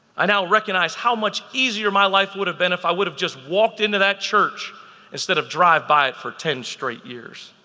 i now recognize how much easier my life would have been if i would have just walked into that church instead of drive by it for ten straight years.